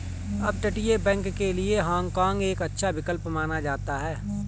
अपतटीय बैंक के लिए हाँग काँग एक अच्छा विकल्प माना जाता है